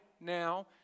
now